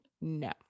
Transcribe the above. No